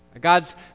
God's